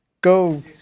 Go